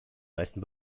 meisten